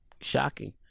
shocking